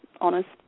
honest